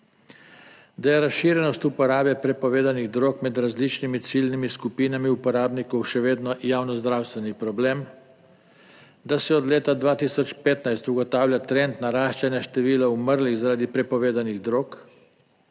da je razširjenost uporabe prepovedanih drog med različnimi ciljnimi skupinami uporabnikov še vedno javnozdravstveni problem, da se od leta 2015 ugotavlja trend naraščanja števila umrlih zaradi prepovedanih drog,